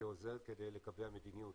שעוזר כדי לקבע מדיניות.